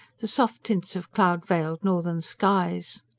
the soft tints of cloud-veiled northern skies.